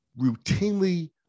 routinely